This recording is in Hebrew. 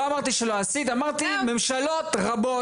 לא אמרתי שלא עשית,